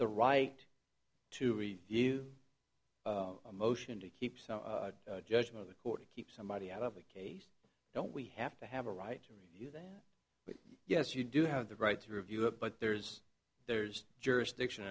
the right to review a motion to keep some judgment the court to keep somebody out of a case don't we have to have a right to me yes you do have the right to review it but there's there's jurisdiction